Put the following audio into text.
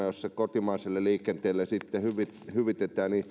jossa kotimaiselle liikenteelle sitten hyvitetään